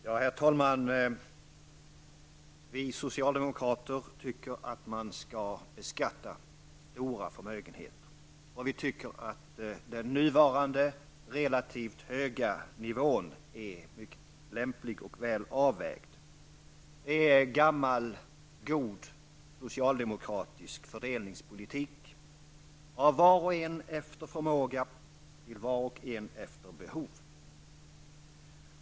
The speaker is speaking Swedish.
Herr talman! Vi socialdemokrater tycker att man skall beskatta stora förmögenheter, och vi tycker att den nuvarande relativt höga nivån är mycket lämplig och väl avvägd. Det är gammal god socialdemokratisk fördelningspolitik: av var och en efter förmåga, till var och en efter behov.